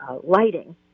lighting